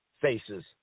Faces